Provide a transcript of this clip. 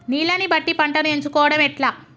నీళ్లని బట్టి పంటను ఎంచుకోవడం ఎట్లా?